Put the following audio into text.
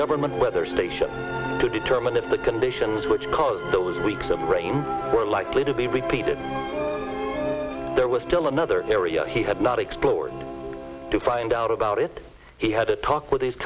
government weather station to determine if the conditions which cause those weeks of rain were likely to be repeated there was still another area he had not explored to find out about it he had a talk with his